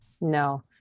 No